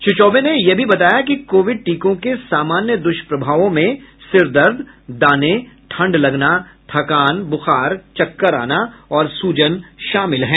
श्री चौबे ने यह भी बताया कि कोविड टीकों के सामान्य दुष्प्रभावों में सिरदर्द दाने ठंड लगना थकान बुखार चक्कर आना और सूजन शामिल हैं